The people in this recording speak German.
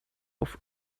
auf